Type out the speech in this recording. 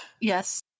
Yes